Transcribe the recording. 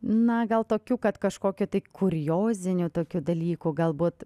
na gal tokių kad kažkokių kuriozinių tokių dalykų galbūt